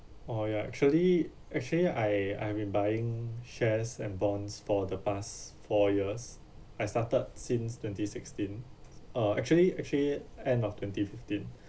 oh ya actually actually I I've been buying shares and bonds for the past four years I started since twenty sixteen uh actually actually end of twenty fifteen